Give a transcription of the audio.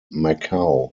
macao